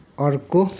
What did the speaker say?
अर्को